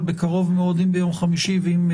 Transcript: אבל בקרוב מאוד ביום חמישי או